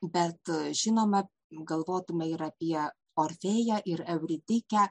bet žinoma galvotume ir apie orfėją ir euridikę